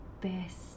Best